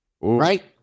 Right